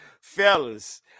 fellas